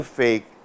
fake